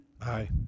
Aye